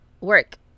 work